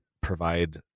provide